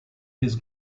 his